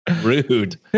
Rude